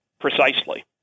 Precisely